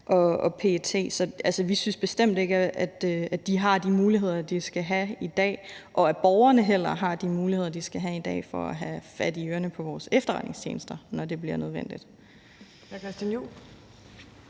og PET. Så vi synes bestemt ikke, at de har de muligheder, de skal have i dag, eller at borgerne heller har de muligheder, de skal have i dag, for at have fat i ørerne på vores efterretningstjenester, når det bliver nødvendigt.